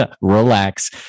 Relax